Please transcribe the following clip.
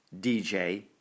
DJ